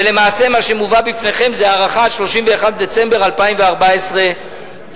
ולמעשה מה שמובא בפניכם זה הארכה עד 31 בדצמבר 2014 בלבד.